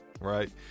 right